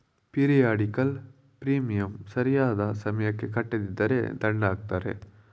periodical premium ಸರಿಯಾದ ಸಮಯಕ್ಕೆ ಕಟ್ಟದಿದ್ದರೆ ದಂಡ ಹಾಕ್ತರೆ